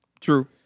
True